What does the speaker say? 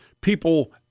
people